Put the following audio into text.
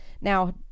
Now